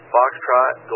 Foxtrot